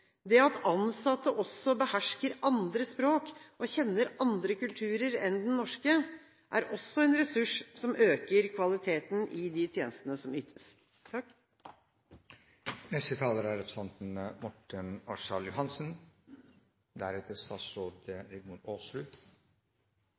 Det at ansatte også behersker andre språk og kjenner andre kulturer enn den norske, er også en ressurs som øker kvaliteten i de tjenestene som ytes. La meg begynne der saksordføreren sluttet, nemlig med at det er